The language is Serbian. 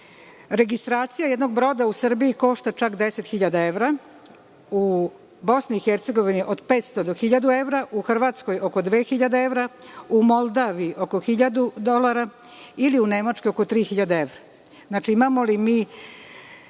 registracija jednog broda u Srbiji košta čak 10.000 evra, u BiH od 500 do 1.000 evra, u Hrvatskoj oko 2.000 evra, u Moldaviji oko 1.000 dolara ili u Nemačkoj oko 3.000 evra.